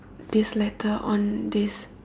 this letter on this